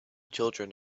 children